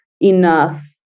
enough